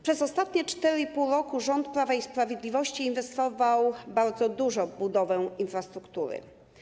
Przez ostatnie 4,5 roku rząd Prawa i Sprawiedliwości inwestował bardzo dużo w budowę infrastruktury.